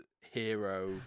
hero